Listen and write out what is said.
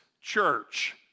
church